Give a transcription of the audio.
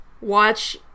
watch